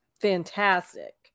fantastic